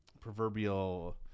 proverbial